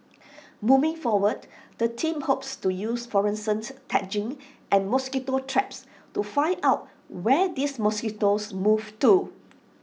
moving forward the team hopes to use fluorescent tagging and mosquito traps to find out where these mosquitoes move to